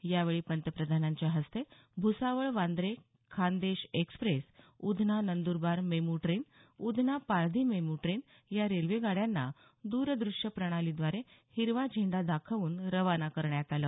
यावेळी पंतप्रधानांच्या हस्ते Bhusawal Bandra Khandesh express Udhna Nandurbar MEMU train Udhna Paldhi MEMU train या रेल्वेगाड्यांना द्रद्रश्य प्रणालीद्वारे हिरवा झेंडा दाखवून रवाना करण्यात आलं